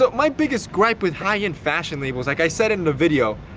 but my biggest gripe with high-end fashion labels, like i said it in the video,